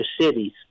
cities